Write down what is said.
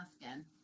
again